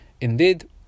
Indeed